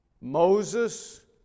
Moses